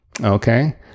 okay